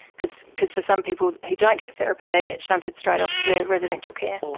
because because for some people who don't get therapy they get shunted straight off to residential care.